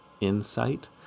insight